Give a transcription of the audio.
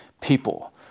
people